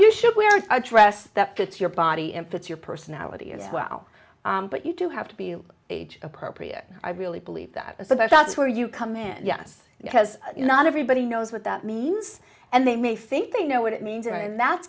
you should wear a dress that gets your body and put your personality as well but you do have to be age appropriate i really believe that it's about that's where you come in yes because not everybody knows what that means and they may think they know what it means and that